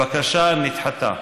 הבקשה נדחתה,